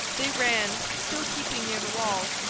they ran, still keeping near the walls,